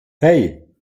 hey